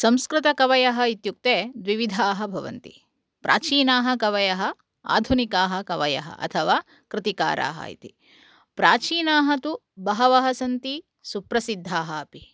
संस्कृतकवयः इत्युक्ते द्विविधाः भवन्ति प्राचीनाः कवयः आधुनिकाः कवयः अथवा कृतिकाराः इति प्राचीनाः तु बहवः सन्ति सुप्रसिद्धाः अपि